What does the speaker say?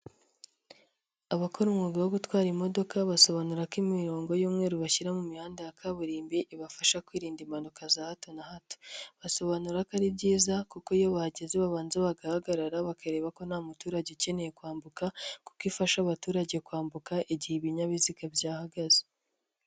Abakora umwuga wo gutwara imodoka basobanura ko imirongo y'umweru bashyira mu mihanda ya kaburimbo ibafasha kwirinda impanuka za hato na hato, basobanura ko ari byiza kuko iyo bahageze babanza bagahagarara bakareba ko nta muturage ukeneye kwambuka kuko ifasha abaturage kwambuka igihe ibinyabiziga byahagaze.